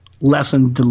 lesson